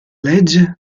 legge